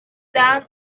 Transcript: down